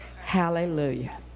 Hallelujah